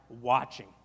watching